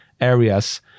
areas